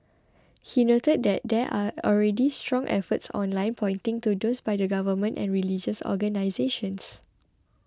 he noted that there are already strong efforts offline pointing to those by the Government and religious organisations